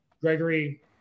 gregory